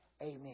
Amen